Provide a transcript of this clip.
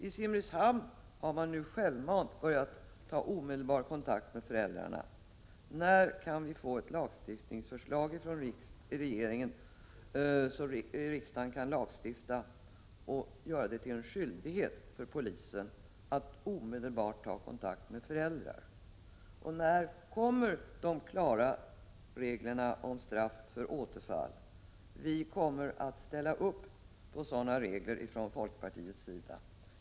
I Simrishamn har man nu självmant börjat att omedelbart ta kontakt med föräldrarna. När kan vi få ett förslag från regeringen, så att riksdagen kan lagstifta och göra det till en skyldighet för polisen att omedelbart ta kontakt med föräldrar? Och när kommer de klara reglerna om straff för återfall? Från folkpartiets sida kommer vi att ställa upp för sådana regler.